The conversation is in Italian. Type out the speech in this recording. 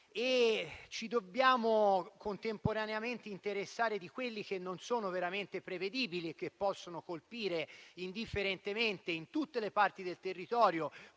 ci dobbiamo contemporaneamente interessare di quelli che non sono veramente prevedibili e che possono colpire indifferentemente in tutte le parti del territorio